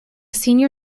senior